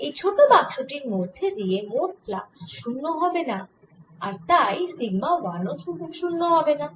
এই ছোট বাক্স টির মধ্যে দিয়ে মোট ফ্লাক্স শূন্য হবেনা আর তাই সিগমা 1 ও শূন্য হবেনা